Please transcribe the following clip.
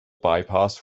bypass